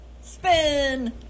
Spin